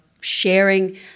sharing